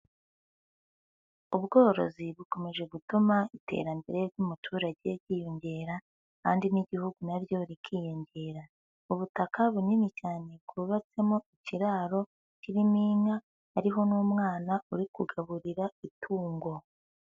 Ubworozi bukomeje gutuma iterambere ry'umuturage ryiyongera kandi n'igihugu naryo rikiyongera. Ubutaka bunini cyane bwubatsemo ikiraro kirimo inka hariho n'umwana uri kugaburira itungo.